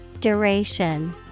Duration